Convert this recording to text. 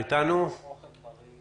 לא הבנתי